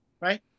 right